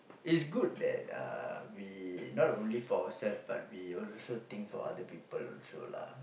it's good that uh we not only for ourselves but we also think for other people also lah